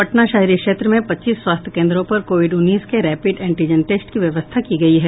पटना शहरी क्षेत्र में पच्चीस स्वास्थ्य केंद्रों पर कोविड उन्नीस के रैपिड एंटीजन टेस्ट की व्यवस्था की गयी है